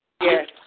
Yes